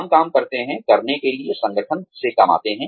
हम काम करते हैंकरने के लिए संगठन से कमाते हैं